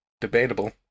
Debatable